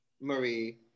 marie